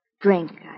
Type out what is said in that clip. drink